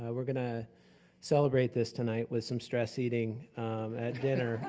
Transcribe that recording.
ah we're gonna celebrate this tonight with some stress eating at dinner.